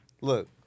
look